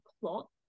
plot